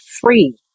free